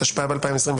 התשפ"ב-2022.